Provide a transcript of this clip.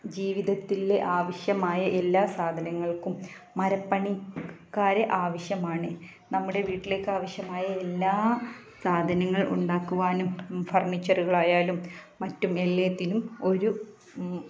ജീവിതത്തിലെ ആവശ്യമായ എല്ലാ സാധനങ്ങൾക്കും മരപ്പണിക്കാരെ ആവശ്യമാണ് നമ്മുടെ വീട്ടിലേക്ക് ആാവശ്യമായ എല്ലാ സാധനങ്ങൾ ഉണ്ടാക്കുവാനും ഫർണിച്ചറുകളായാലും മറ്റും എല്ലാത്തിനും ഒരു